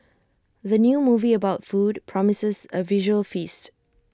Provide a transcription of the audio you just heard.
the new movie about food promises A visual feast